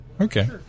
Okay